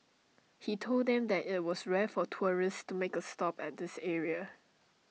he told them that IT was rare for tourists to make A stop at this area